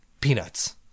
peanuts